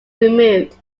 removed